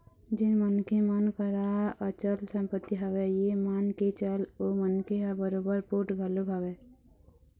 जेन मनखे मन करा अचल संपत्ति हवय ये मान के चल ओ मनखे ह बरोबर पोठ घलोक हवय